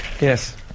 yes